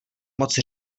moc